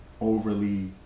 overly